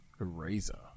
Eraser